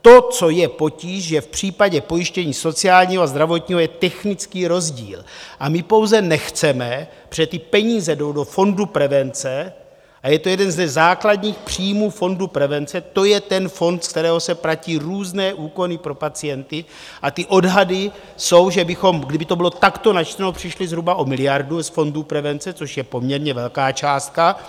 To, co je potíž, že v případě pojištění sociálního a zdravotního je technický rozdíl a my pouze nechceme, protože ty peníze jdou do Fondu prevence, je to jeden ze základních příjmů Fondu prevence, to je ten fond, z kterého se platí různé úkony pro pacienty, a ty odhady jsou, že bychom, kdyby to bylo takto načteno, přišli zhruba o miliardu z Fondu prevence, což je poměrně velká částka.